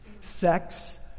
sex